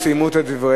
כן, אני שמתי לב.